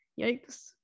yikes